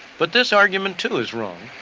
but this argument, too, is wrong.